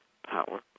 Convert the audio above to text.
power